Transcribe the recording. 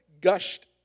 gushed